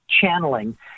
channeling